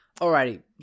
alrighty